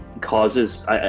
causes